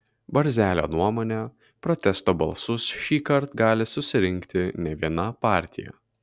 barzelio nuomone protesto balsus šįkart gali susirinkti ne viena partija